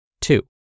Two